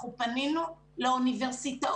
אנחנו פנינו לאוניברסיטאות.